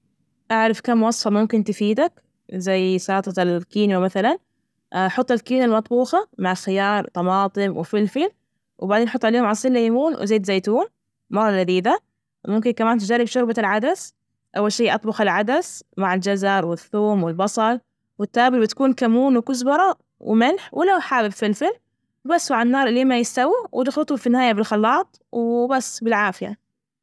أعرف كم وصفة ممكن تفيدك زي سلطة الكينية مثلا. حط الكينة المطبوخة مع خيار، وطماطم، وفلفل وبعدين نحط عليهم عصير ليمون وزيت زيتون مرة لذيذة، ممكن كمان تجرب شوربة العدس، أول شي أطبخ العدس مع الجزر، والثوم، والبصل، والتوابل بتكون، كمون وكزبرة وملح. ولو حابب فلفل، وبس وعلى النار ل ما يستووا وتخلطهم في النهاية بالخلاط وبس بالعافية.